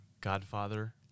Godfather